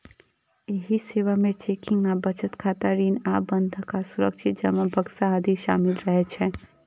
एहि सेवा मे चेकिंग आ बचत खाता, ऋण आ बंधक आ सुरक्षित जमा बक्सा आदि शामिल रहै छै